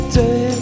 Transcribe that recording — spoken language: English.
day